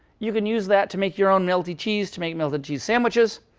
you can use that to make your own melty cheese to make melted cheese sandwiches.